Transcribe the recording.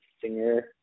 singer